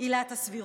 עילת הסבירות.